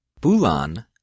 Bulan